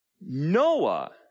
Noah